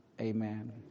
Amen